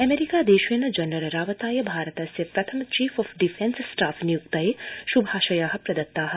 America देशेन general रावताय भारतस्य प्रथम चीफ ऑफ डिफ्रेंस स्टॉफ नियुक्ते श्भाशया प्रदत्ता